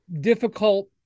difficult